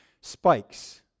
Spikes